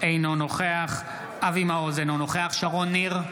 אינו נוכח אבי מעוז, אינו נוכח שרון ניר,